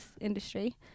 industry